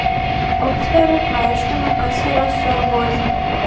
uktveriui paaiškino kas yra sorbozė